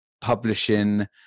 publishing